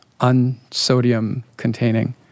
unsodium-containing